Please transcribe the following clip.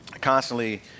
constantly